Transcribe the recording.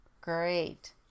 Great